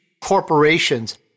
corporations